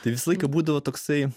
tai visą laiką būdavo toksai